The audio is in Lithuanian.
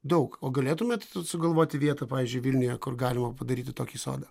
daug o galėtumėt sugalvoti vietą pavyzdžiui vilniuje kur galima padaryti tokį sodą